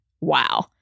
Wow